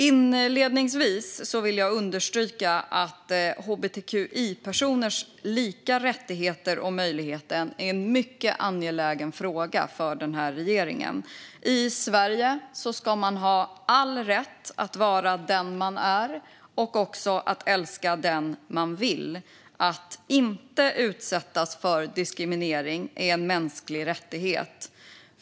Inledningsvis vill jag understryka att hbtqi-personers lika rättigheter och möjligheter är en mycket angelägen fråga för den här regeringen. I Sverige ska man ha all rätt att vara den man är och också att älska den man vill. Att inte utsättas för diskriminering är en mänsklig rättighet.